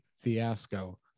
fiasco